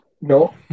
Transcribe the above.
no